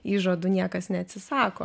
įžadų niekas neatsisako